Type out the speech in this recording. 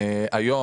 היום,